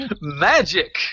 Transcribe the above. Magic